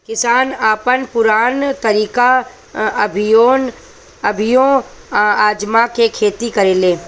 किसान अपन पुरान तरीका अभियो आजमा के खेती करेलें